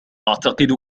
أعتقد